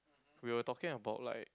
we were talking about like